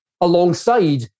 alongside